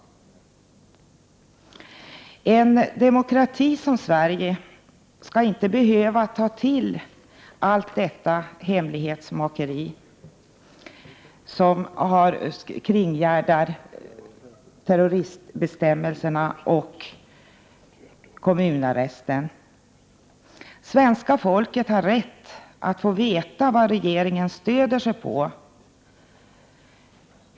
En demokrati som Sverige skall inte behöva ta till allt det hemlighetsmakeri som kringgärdar terroristbestämmelserna och kommunarresten. Svenska folket har rätt att få veta vad regeringen stöder sig på.